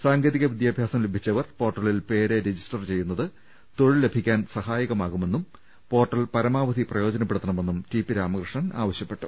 സാങ്കേതിക വിദ്യാഭ്യാസം ലഭിച്ചവർ പോർട്ടലിൽ പേര് രജിസ്റ്റർ ചെയ്യുന്നത് തൊഴിൽ ലഭിക്കാൻ സഹായകമാ കുമെന്നും പോർട്ടൽ പരമാവധി പ്രയോജനപ്പെടുത്തണ മെന്നും ടി പി രാമകൃഷ്ണൻ ആവശ്യപ്പെട്ടു